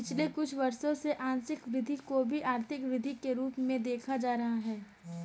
पिछले कुछ वर्षों से आंशिक वृद्धि को भी आर्थिक वृद्धि के रूप में देखा जा रहा है